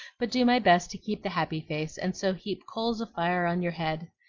but do my best to keep the happy face, and so heap coals of fire on your head.